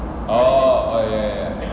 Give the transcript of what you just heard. oh ya ya ya